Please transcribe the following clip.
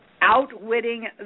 outwitting